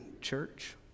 church